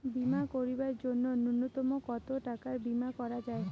বীমা করিবার জন্য নূন্যতম কতো টাকার বীমা করা যায়?